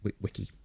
Wiki